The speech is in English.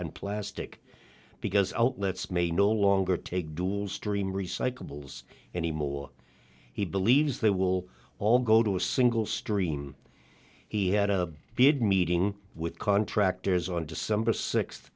and plastic because outlets may no longer take dual stream recyclables anymore he believes they will all go to a single stream he had a big meeting with contractors on december sixth